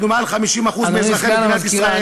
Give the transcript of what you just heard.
אנחנו יותר מ-50% מאזרחי מדינת ישראל,